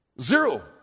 Zero